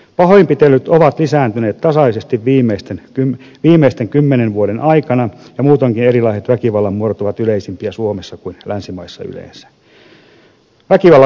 pahoinpitelyt ovat lisääntyneet tasaisesti viimeisten kymmenen vuoden aikana ja muutoinkin erilaiset väkivallan muodot ovat yleisempiä suomessa kuin länsimaissa yleensä